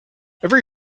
every